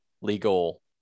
legal